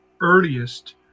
earliest